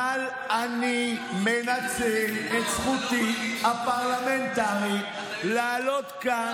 אבל אני מנצל את זכותי הפרלמנטרית לעלות לכאן.